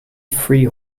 free